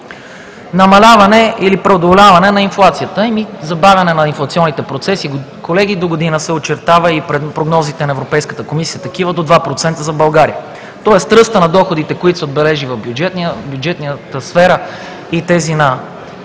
Намаляване или преодоляване на инфлацията, забавяне на инфлационните процеси. Колеги, догодина се очертава – и прогнозите на Европейската комисия са такива – до 2% за България. Тоест ръстът на доходите, които са отбелязани в бюджетната сфера и тези на